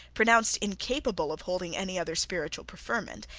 pronounced incapable of holding any other spiritual preferment,